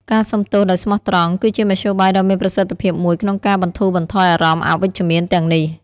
ការសុំទោសដោយស្មោះត្រង់ គឺជាមធ្យោបាយដ៏មានប្រសិទ្ធភាពមួយក្នុងការបន្ធូរបន្ថយអារម្មណ៍អវិជ្ជមានទាំងនេះ។